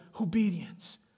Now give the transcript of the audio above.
obedience